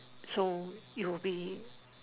so you will be